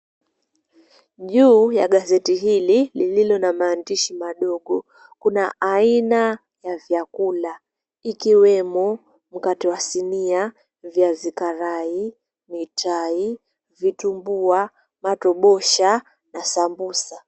Juu ya gazeti hili lililo na maandishi madogo kuna aina ya vyakula ikiwemo mkate wa sinia, viazi karai, mitai, vitumbua, matobosha na sambusa.